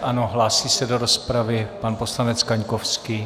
Ano, hlásí se do rozpravy pan poslanec Kaňkovský.